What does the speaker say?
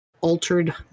altered